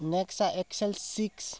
Nexa Excel six